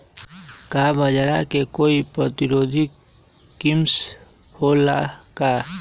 का बाजरा के कोई प्रतिरोधी किस्म हो ला का?